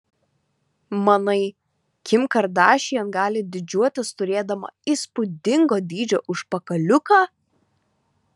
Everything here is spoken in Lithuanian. manai kim kardašian gali didžiuotis turėdama įspūdingo dydžio užpakaliuką